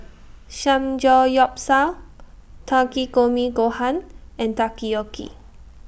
Samgeyopsal Takikomi Gohan and Takoyaki